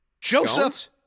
Joseph